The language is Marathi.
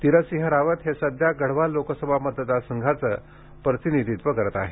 तीरथ सिंह रावत हे सध्या गढवाल लोकसभा मतदारसंघाचे प्रतिनिधीत्व करत आहेत